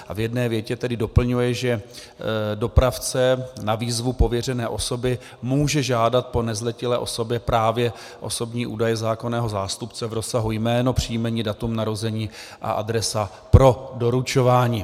V jedné větě tedy doplňuje, že dopravce na výzvu pověřené osoby může žádat po nezletilé osobě právě osobní údaje zákonného zástupce v rozsahu jméno, příjmení, datum narození a adresa pro doručování.